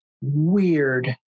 weird